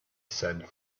said